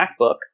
MacBook